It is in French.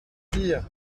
pire